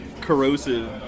corrosive